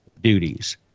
duties